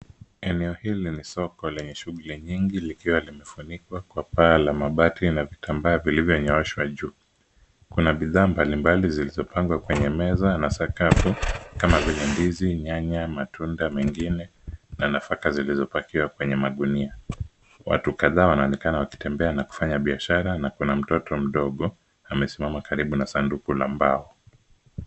Eneo hili ni soko lenye shuguli nyingi likiwa limefunikwa kwa paa la mabati na vitambaa vilivyonyooshwa juu. Kuna bidhaa mbalimbali zilizopangwa kwenye meza na sakafu kama vile ndizi, nyanya, matunda mengine na nafaka zilizopakiwa kwenye magunia. Watu kadhaa wanaonekana wakitembea na kufanya biashara na kuna mtoto mdogo amesimama karibu na sanduku la mbao.